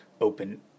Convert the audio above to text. open